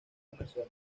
comercial